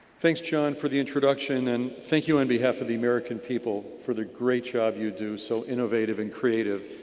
thanks john for the introduction, and thank you on behalf of the american people for the great job you do, so innovative and creative,